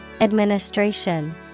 Administration